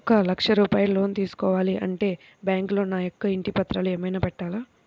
ఒక లక్ష రూపాయలు లోన్ తీసుకోవాలి అంటే బ్యాంకులో నా యొక్క ఇంటి పత్రాలు ఏమైనా పెట్టాలా?